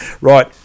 Right